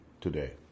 today